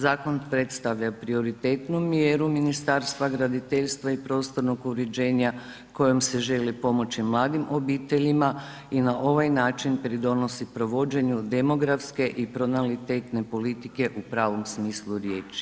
Zakon predstavlja prioritetnu mjeru Ministarstva graditeljstva i prostornog uređenja kojom se želi pomoći mladim obiteljima i na ovaj način pridonosi provođenju demografske i pronalitetne i politike u pravom smislu riječi.